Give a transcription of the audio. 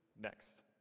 Next